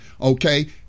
okay